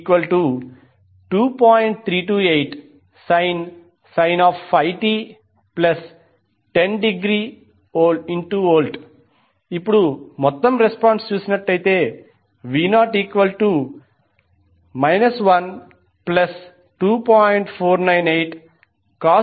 328sin 5t10° V ఇప్పుడు మొత్తం response v0 12